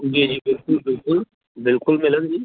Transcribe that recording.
जी जी बिलकुल बिलकुल बिलकुल मिलग जी